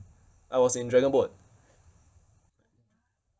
I was in dragonboat